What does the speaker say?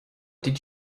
did